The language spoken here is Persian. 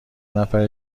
نفر